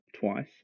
twice